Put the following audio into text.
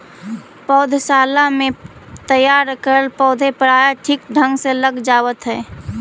पौधशाला में तैयार करल पौधे प्रायः ठीक ढंग से लग जावत है